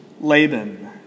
Laban